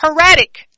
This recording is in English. heretic